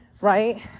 right